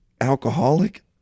alcoholic